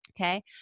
Okay